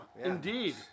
Indeed